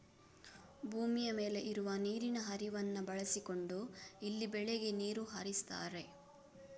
ಭೂಮಿಯ ಮೇಲೆ ಇರುವ ನೀರಿನ ಹರಿವನ್ನ ಬಳಸಿಕೊಂಡು ಇಲ್ಲಿ ಬೆಳೆಗೆ ನೀರು ಹರಿಸ್ತಾರೆ